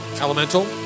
Elemental